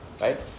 right